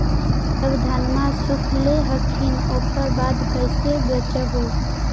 जब धनमा सुख ले हखिन उकर बाद कैसे बेच हो?